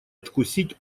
откусить